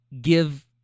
give